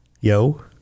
Yo